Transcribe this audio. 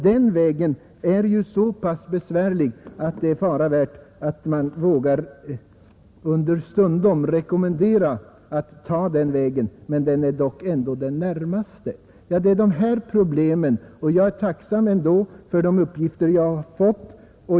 Den är så pass besvärlig att det understundom är fara värt att man inte vågar rekommendera någon att ta den vägen — som ändå är den kortaste. Det är dessa problem jag har velat belysa. Jag är ändå tacksam för de uppgifter jag fått.